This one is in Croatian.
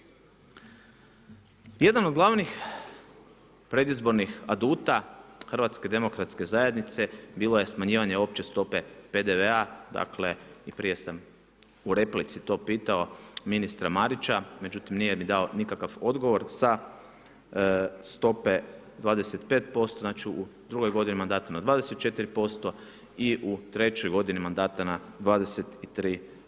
Jedan od glavnih predizbornih aduta HDZ-a bilo je smanjivanje opće stope PDV-a, dakle i prije sam u replici to pitao ministra Marića, međutim nije mi dao nikakav odgovor sa stope 25% znači u drugoj godini mandata na 24% i u trećoj godini mandata na 23%